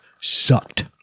sucked